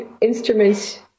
instruments